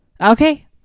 Okay